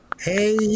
Hey